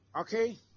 Okay